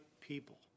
people